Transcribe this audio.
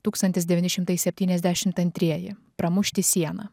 tūkstantis devyni šimtai septyniasdešimt antrieji pramušti sieną